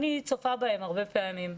אני צופה בהם הרבה פעמים.